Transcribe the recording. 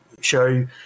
show